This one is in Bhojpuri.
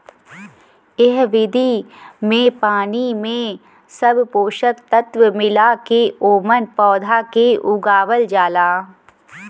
एह विधि में पानी में सब पोषक तत्व मिला के ओमन पौधा के उगावल जाला